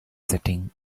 setting